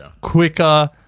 quicker